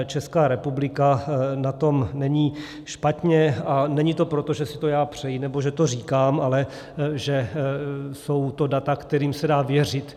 Česká republika na tom není špatně, a není to proto, že si to já přeji nebo že to říkám, ale že jsou to data, kterým se dá věřit.